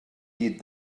llit